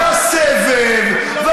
אני לא מתבכיין לאף אחד.